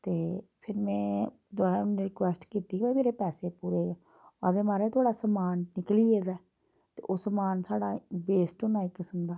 ते फिर में दबारा उ'नेंगी रिक्वेस्ट कीती देओ मेरे पैसे पूरे आखदे महाराज थोआढ़ा समान निकली गेदा ऐ ते ओह् समान साढ़ा वेस्ट होना इक किसम दा